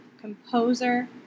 composer